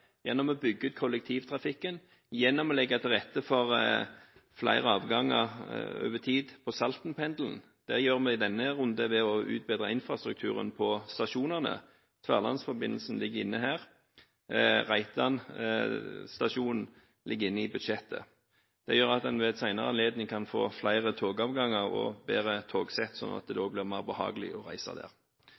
gjennom å bygge ut kollektivtrafikken, gjennom å legge til rette for flere avganger over tid på Salten-pendelen. Det gjør vi i denne runden ved å utbedre infrastrukturen på stasjonene – Tverlandsforbindelsen ligger inne her, Reitan stasjon ligger inne i budsjettet. Det gjør at en ved en senere anledning kan få flere togavganger og bedre togsett, slik at det blir mer behagelig å reise.